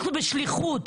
אנחנו בשליחות.